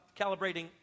calibrating